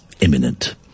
imminent